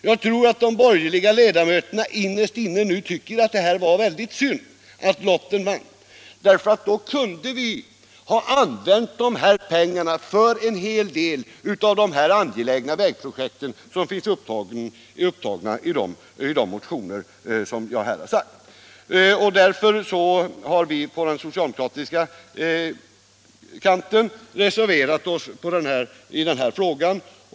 Jag tror att de borgerliga ledamöterna innerst inne nu tycker att det var väldigt synd att lotten vann, för annars kunde vi ha använt dessa pengar för en hel del av de här angelägna vägprojekten som finns upptagna i de motioner som jag här har nämnt. På den socialdemokratiska kanten har vi därför reserverat oss i denna fråga.